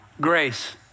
Grace